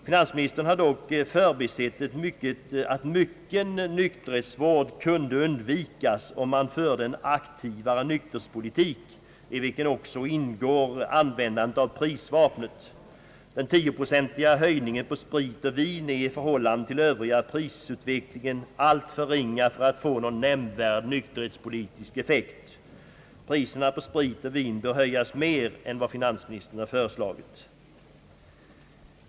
Finansministern har dock förbisett att mycken nykterhetsvård kunde undvikas, om man förde en aktivare nykterhetspolitik, i vilken också ingår användandet av prisvapnet. Den tioprocentiga höjningen på sprit och vin är i förhållande till den övriga prisutvecklingen alltför ringa för att få någon nämnvärd nykterhetspolitisk effekt. Priserna på sprit och vin bör höjas mera än vad finansministern föreslagit.